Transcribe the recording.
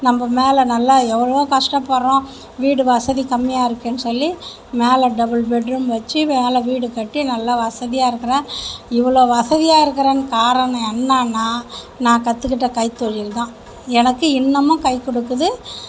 நம்ம மேலே நல்லா எவ்வளோ கஷ்டப்படுகிறோம் வீடு வசதி கம்மியாக இருக்குன்னு சொல்லி மேலே டபுள் பெட்ரூம் வச்சு மேலே வீடு கட்டி நல்ல வசதியாக இருக்குறேன் இவ்வளோ வசதியாக இருக்குறேன் காரணம் என்னனா நான் கற்றுக்கிட்ட கைத்தொழில் தான் எனக்கு இன்னுமும் கை கொடுக்குது